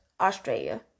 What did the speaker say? Australia